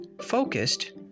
focused